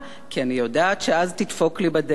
כי אני יודעת שאז תדפוק לי בדלת,